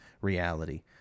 reality